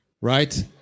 right